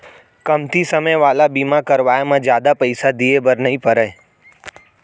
कमती समे वाला बीमा करवाय म जादा पइसा दिए बर नइ परय